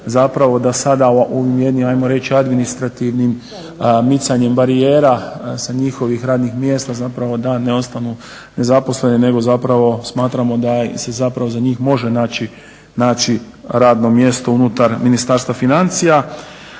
da sada ovim jednim ajmo reći administrativnim micanjem barijera sa njihovih radnih mjesta zapravo da ne ostanu nezaposleni nego zapravo smatramo da se zapravo za njih može naći radno mjesto unutar Ministarstva financija.